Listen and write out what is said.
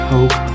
Hope